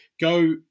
go